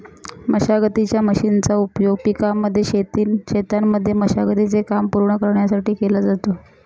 मशागतीच्या मशीनचा उपयोग पिकाच्या शेतांमध्ये मशागती चे काम पूर्ण करण्यासाठी केला जातो